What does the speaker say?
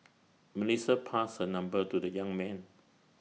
Melissa passed her number to the young man